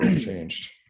Changed